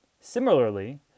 Similarly